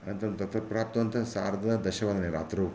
अनन्तरं तत्र प्राप्तवन्तः सार्धदशवादने रात्रौ